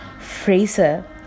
Fraser